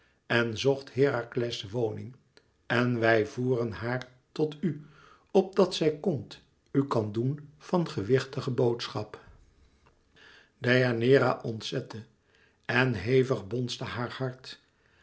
en zocht herakles woning en wij voeren haar tot u opdat zij kond u kan doen van gewichtige boodschap deianeira ontzette en hevig bonsde haar hart